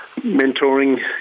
mentoring